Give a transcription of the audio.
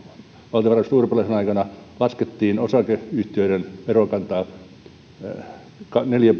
valtiovarainministeri urpilaisen aikana laskettiin osakeyhtiöiden verokantaa neljä